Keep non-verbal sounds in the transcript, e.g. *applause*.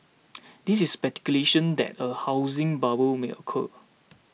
*noise* this is speculation that a housing bubble may occur